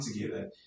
together